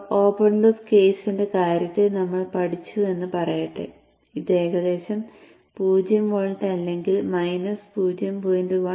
ഇപ്പോൾ open loop കേസിന്റെ കാര്യത്തിൽ നമ്മൾ പഠിച്ചു എന്ന് പറയട്ടെ ഇത് ഏകദേശം 0 വോൾട്ട് അല്ലെങ്കിൽ മൈനസ് 0